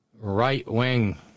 right-wing